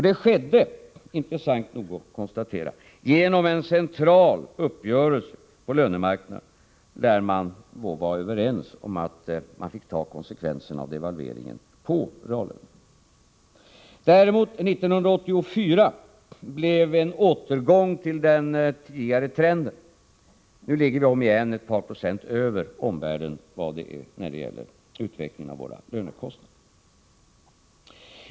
Det skedde, vilket är intressant att konstatera, genom en central uppgörelse på lönemarknaden, där alla var överens om att man fick ta de konsekvenser som devalveringen hade på reallönerna. 1984 däremot blev det en återgång till den tidigare trenden. Nu ligger vi i vårt land återigen ett par procent över omvärlden när det gäller utvecklingen av våra lönekostnader.